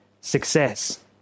success